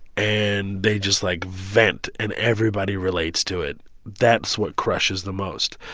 and they just, like, vent, and everybody relates to it that's what crushes the most.